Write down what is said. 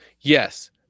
Yes